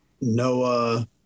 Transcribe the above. Noah